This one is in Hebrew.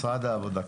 משרד העבודה,